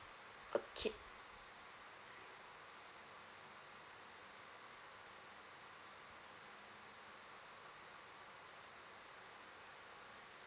okay